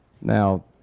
Now